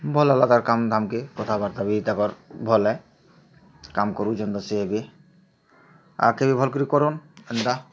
ଭଲ୍ ହେଲା ତାର୍ କାମ୍ ଧାମ୍କେ କଥାବାର୍ତ୍ତାହେଲା ଏଇଟା କରଲେ କାମ୍ କରୁସନ୍ ସେ ଏବେ ଆଗକେ ବି ଭଲ୍କରି କରୁନ୍